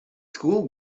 school